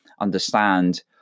understand